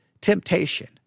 temptation